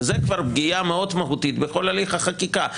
וזו כבר פגיעה מאוד מהותית בכל הליך החקיקה.